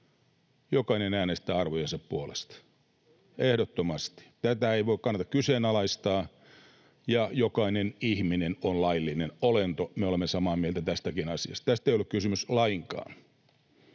jokainen äänestää arvojensa puolesta, ehdottomasti. Tätä ei kannata kyseenalaistaa. Ja jokainen ihminen on laillinen olento — me olemme samaa mieltä tästäkin asiasta. Tästä ei ole kysymys lainkaan.